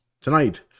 tonight